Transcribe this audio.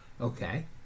Okay